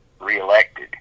reelected